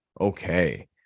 okay